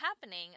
happening